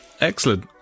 excellent